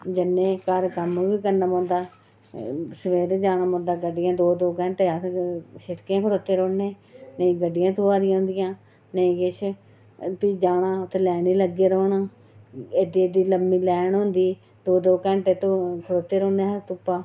जन्ने घर कम्म बी करना पौंदा ते सवेरे जाना पौंदा गड्डियां दो दो घैंटे अस इ'यां खड़ोते रौह्न्ने नेईं गड्डियां थ्होआ दियां होंदियां नेईं किश भी जाना लैने च लग्गे रौह्ना एड्डी एड्डी लम्मी लैन होंदी दो दो घैंटे खड़ोते रौह्न्ने अस धुप्पा